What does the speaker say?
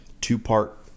two-part